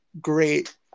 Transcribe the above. great